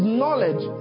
knowledge